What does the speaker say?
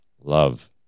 Love